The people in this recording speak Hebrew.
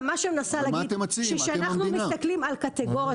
אבל מה אתם מציעים?